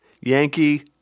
Yankee